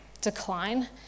decline